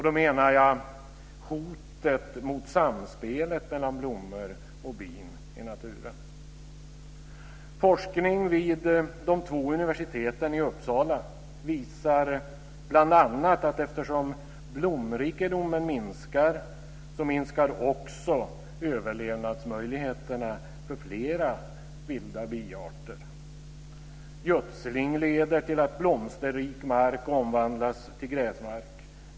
Då menar jag hotet mot samspelet mellan blommor och bin i naturen. Forskning vid de två universiteten i Uppsala visar bl.a. detta: Eftersom blomrikedomen minskar, minskar också överlevnadsmöjligheterna för flera vilda biarter. Gödsling leder till att blomsterrik mark omvandlas till gräsmark.